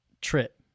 TRIP